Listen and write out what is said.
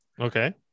okay